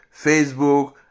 Facebook